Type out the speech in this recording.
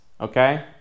okay